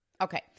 Okay